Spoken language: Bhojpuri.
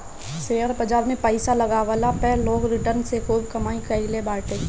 शेयर बाजार में पईसा लगवला पअ लोग रिटर्न से खूब कमाई कईले बाटे